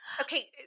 Okay